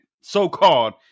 so-called